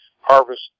harvest